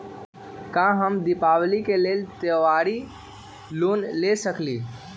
का हम दीपावली के लेल त्योहारी लोन ले सकई?